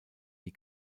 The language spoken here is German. die